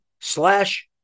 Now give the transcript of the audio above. slash